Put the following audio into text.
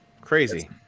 crazy